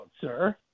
sir